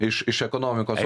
iš iš ekonomikos